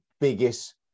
biggest